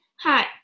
Hi